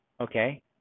Okay